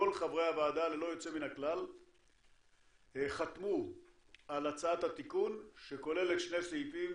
כל חברי הוועדה חתמו על הצעת התיקון שכוללת שני סעיפים,